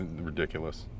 ridiculous